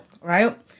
right